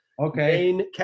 Okay